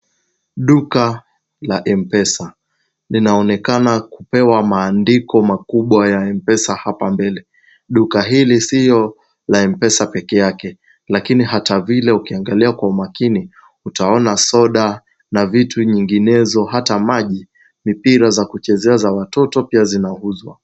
Duka la M-Pesa linaonekana kupewa maandiko makubwa ya M-Pesa hapa mbele. Duka hili sio la M-Pesa peke yake, lakini hata vile ukiangalia kwa umakini, utaona soda na vitu vinginevyo, hata maji, mipira ya kuchezea ya watoto pia inauzwa.